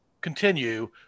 continue